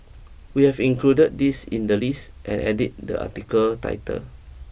we have included this in the list and edited the article title